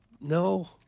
No